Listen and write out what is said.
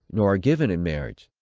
nor are given in marriage.